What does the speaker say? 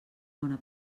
bona